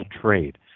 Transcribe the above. trade